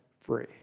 free